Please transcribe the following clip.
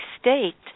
state